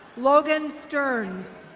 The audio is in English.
logan sterns.